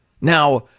Now